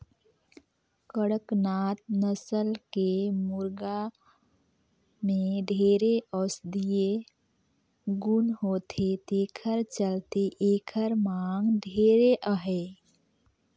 कड़कनाथ नसल के मुरगा में ढेरे औसधीय गुन होथे तेखर चलते एखर मांग ढेरे अहे